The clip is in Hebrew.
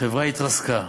חברה התרסקה,